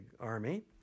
army